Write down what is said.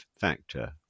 factor